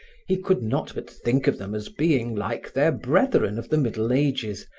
he could not but think of them as being like their brethren of the middle ages,